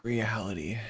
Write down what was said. Reality